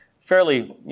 fairly